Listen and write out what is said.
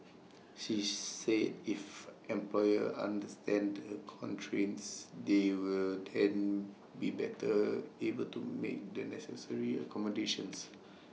she said if employers understand the constraints they will then be better able to make the necessary accommodations